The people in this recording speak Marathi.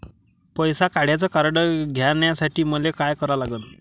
पैसा काढ्याचं कार्ड घेण्यासाठी मले काय करा लागन?